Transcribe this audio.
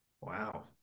Wow